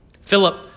Philip